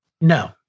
No